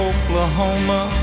Oklahoma